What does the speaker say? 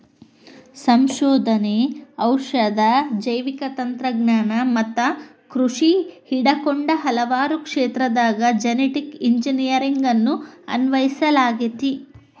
ಸಂಶೋಧನೆ, ಔಷಧ, ಜೈವಿಕ ತಂತ್ರಜ್ಞಾನ ಮತ್ತ ಕೃಷಿ ಹಿಡಕೊಂಡ ಹಲವಾರು ಕ್ಷೇತ್ರದಾಗ ಜೆನೆಟಿಕ್ ಇಂಜಿನಿಯರಿಂಗ್ ಅನ್ನು ಅನ್ವಯಿಸಲಾಗೆತಿ